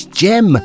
gem